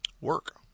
Work